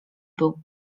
był